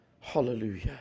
Hallelujah